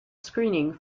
screening